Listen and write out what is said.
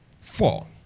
Four